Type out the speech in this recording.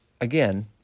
again